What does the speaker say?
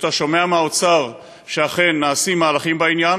וכשאתה שומע מהאוצר שאכן נעשים מהלכים בעניין,